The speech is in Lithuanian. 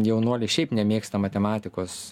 jaunuoliai šiaip nemėgsta matematikos